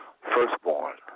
firstborn